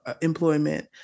employment